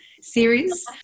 series